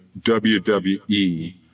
WWE